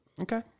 Okay